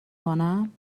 کنم